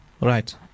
Right